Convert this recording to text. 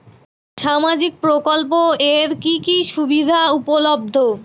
সামাজিক প্রকল্প এর কি কি সুবিধা উপলব্ধ?